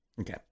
Okay